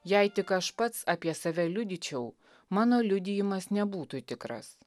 jei tik aš pats apie save liudyčiau mano liudijimas nebūtų tikras